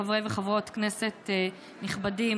חברי וחברות הכנסת הנכבדים,